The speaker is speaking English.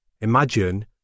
Imagine